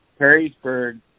Perrysburg